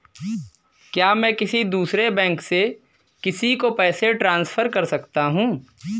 क्या मैं किसी दूसरे बैंक से किसी को पैसे ट्रांसफर कर सकता हूँ?